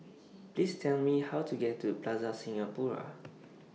Please Tell Me How to get to Plaza Singapura